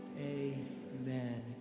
amen